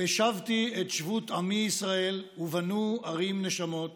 "ושבתי את שבות עמי ישראל ובנו ערים נשמות